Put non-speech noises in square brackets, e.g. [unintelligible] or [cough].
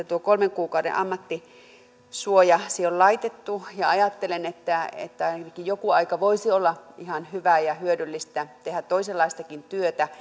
[unintelligible] tuo kolmen kuukauden ammattisuoja siihen on laitettu ja ajattelen että että ainakin jonkun aikaa voisi olla ihan hyvää ja hyödyllistä tehdä toisenlaistakin työtä [unintelligible]